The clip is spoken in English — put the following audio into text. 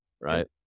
right